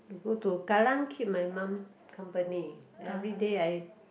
to go to Kallang keep my mum company everyday I